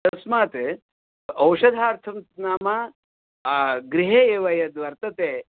तस्मात् औषधार्थं नाम गृहे एव यद्वर्तते